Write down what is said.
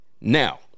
Now